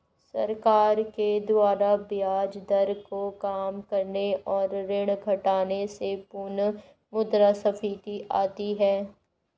सरकार के द्वारा ब्याज दर को काम करने और ऋण घटाने से पुनःमुद्रस्फीति आती है